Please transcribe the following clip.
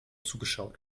zugeschaut